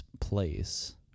place